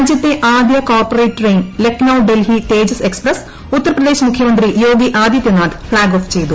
രാജ്യത്തെ ആദ്യ corporate train Lucknow Delhi Tejas express Uttar Pradesh മുഖ്യമന്ത്രി യോഗി ആദിത്യനാഥ് ഇന്ന് ഫ്ളാഗ് ഓഫ് ചെയ്തു